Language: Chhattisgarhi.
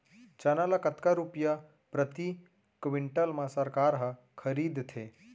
चना ल कतका रुपिया प्रति क्विंटल म सरकार ह खरीदथे?